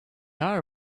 are